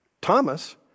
Thomas